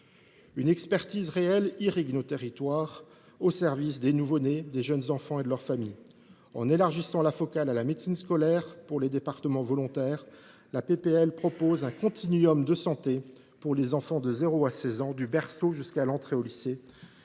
Une expertise réelle irrigue nos territoires au service des nouveau nés, des jeunes enfants et de leurs familles. En élargissant la focale à la médecine scolaire pour les départements volontaires, la proposition de loi prévoit un continuum de santé pour les enfants de la naissance à 16 ans, du berceau jusqu’à l’entrée au lycée.